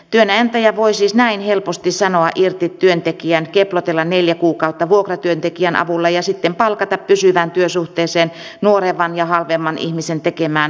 työnantaja voi siis näin helposti sanoa irti työntekijän keplotella neljä kuukautta vuokratyöntekijän avulla ja sitten palkata pysyvään työsuhteeseen nuoremman ja halvemman ihmisen tekemään samaa työtä